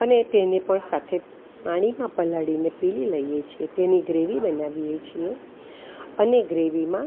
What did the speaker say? અને તેને પણ સાથે પાણીમાં પલાળીને પીલી લઈએ છીએ તેની ગ્રેવી બનાવીએ છીએ અને ગ્રેવીમાં